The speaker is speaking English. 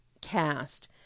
cast